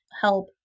help